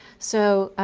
so